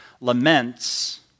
laments